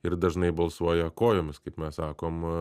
ir dažnai balsuoja kojomis kaip mes sakom